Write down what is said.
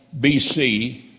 BC